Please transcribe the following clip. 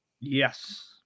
Yes